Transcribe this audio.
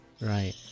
Right